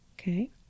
okay